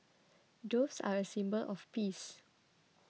doves are a symbol of peace